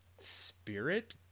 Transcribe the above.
spirit